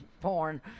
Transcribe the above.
porn